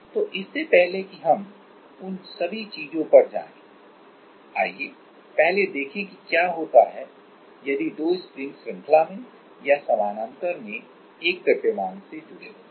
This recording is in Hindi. तो इससे पहले कि हम उन सभी चीजों पर जाएं आइए पहले देखें कि क्या होता है यदि दो स्प्रिंग्स श्रृंखला में या समानांतर में एक द्रव्यमान में जुड़े होते हैं